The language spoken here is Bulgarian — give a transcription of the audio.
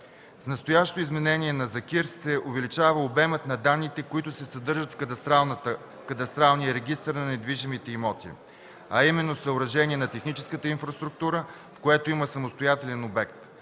кадастъра и имотния регистър се увеличава обемът на данните, които се съдържат в кадастралния регистър на недвижимите имоти, а именно – съоръжение на техническата инфраструктура, в което има самостоятелен обект.